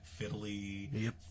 fiddly